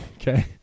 okay